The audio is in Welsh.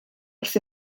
wrth